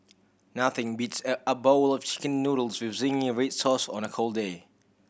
nothing beats a bowl of Chicken Noodles with zingy red sauce on a cold day